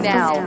Now